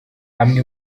amwe